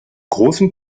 großen